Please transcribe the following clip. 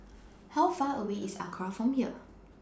How Far away IS Acra from here